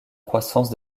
croissance